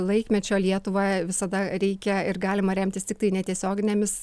laikmečio lietuvą visada reikia ir galima remtis tiktai netiesioginėmis